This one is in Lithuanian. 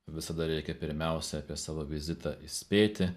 visada reikia pirmiausia apie savo vizitą įspėti